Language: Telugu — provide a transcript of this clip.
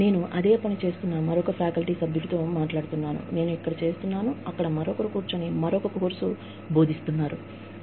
నేను అదే పని చేస్తున్న మరొక అధ్యాపక సభ్యుడితో మాట్లాడుతున్నాను నేను ఇక్కడ చేస్తున్నాను అక్కడ మరొకరు కూర్చుని మరొక కోర్సు బోధిస్తున్నారు